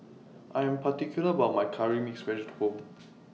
I Am particular about My Curry Mixed Vegetable